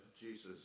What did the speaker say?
Jesus